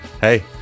Hey